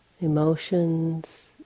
emotions